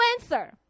answer